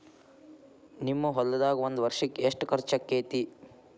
ನಿಮ್ಮ ಹೊಲ್ದಾಗ ಒಂದ್ ವರ್ಷಕ್ಕ ಎಷ್ಟ ಖರ್ಚ್ ಆಕ್ಕೆತಿ?